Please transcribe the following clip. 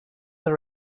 the